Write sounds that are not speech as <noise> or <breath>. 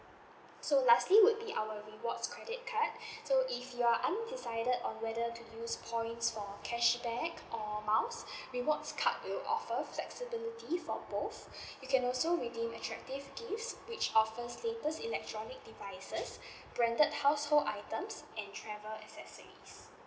so lastly would be our rewards credit card <breath> so if you are undecided on whether to use point for cashback or miles <breath> rewards cards will offer flexibility for both <breath> you can also redeem attractive gifts which offer latest electronic devices <breath> branded household items and travel accessories